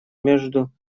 между